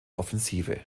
offensive